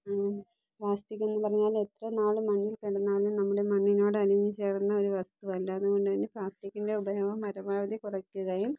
plastic എന്ന് പറഞ്ഞാൽ എത്രനാളും മണ്ണിൽ കിടന്നാലും നമ്മുടെ മണ്ണിനോട് അലിഞ്ഞുചേരുന്ന ഒരു വസ്തു അല്ല അതുകൊണ്ട്തന്നെ പ്ലാസ്റ്റിക്കിൻ്റെ ഉപയോഗം പരമാവധി കുറക്കുകയും